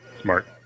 Smart